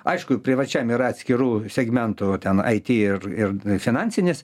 aišku privačiam yra atskirų segmentų ten it ir ir finansinis